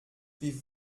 wie